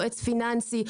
יועץ פיננסי.